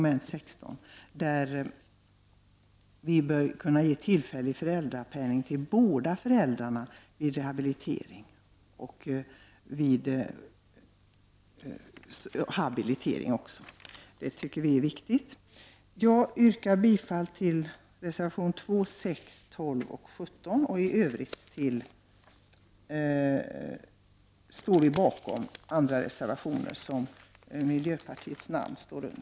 Att kunna ge tillfällig föräldrapenning till båda föräldrarna vid rehabilitering, habilitering osv. tycker vi är viktigt. Jag yrkar bifall till reservationerna 2, 6, 12 och 17. I övrigt står vi bakom de reservationer där mitt namn finns med.